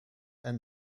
and